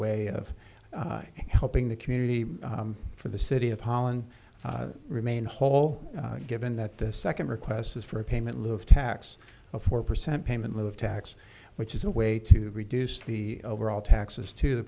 way of helping the community for the city of holland remain whole given that this second request is for a payment live tax of four percent payment move tax which is a way to reduce the overall taxes to the